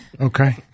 Okay